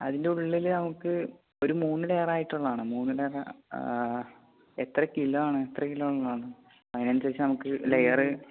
അതിന്റെ ഉള്ളിൽ നമുക്ക് ഒരു മൂന്ന് ലെയറായിട്ടുള്ളതാണ് മൂന്ന് എത്ര കിലോ ആണ് എത്ര കിലോ എന്ന് പറഞ്ഞ് അതിനനുസരിച്ച് നമുക്ക് ലെയർ